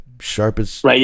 sharpest